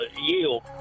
Yield